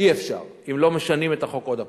אי-אפשר אם לא משנים את החוק עוד פעם.